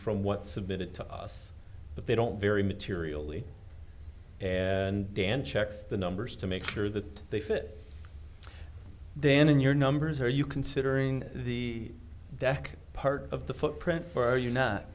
from what submitted to us but they don't vary materially and dan checks the numbers to make sure that they fit then in your numbers are you considering the that part of the footprint for you not